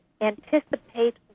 anticipate